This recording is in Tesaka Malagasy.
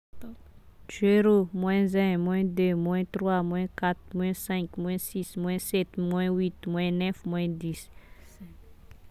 Zéro, moins un, moins deux, moins trois, moins quatre, moins cinq, moins six, moins sept, moins huit, moins neuf, moins dix